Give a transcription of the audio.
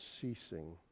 ceasing